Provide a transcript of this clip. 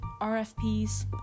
RFPs